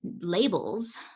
labels